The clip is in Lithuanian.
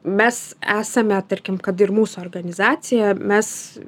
mes esame tarkim kad ir mūsų organizacija mes